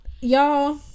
y'all